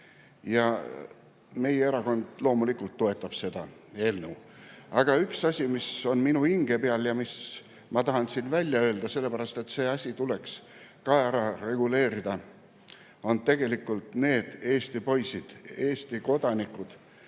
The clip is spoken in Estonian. Meie erakond loomulikult toetab seda eelnõu. Aga üks asi, mis on minu hinge peal ja mida ma tahan siin välja öelda, sest see asi tuleks ka ära reguleerida, on need Eesti poisid, Eesti kodanikud,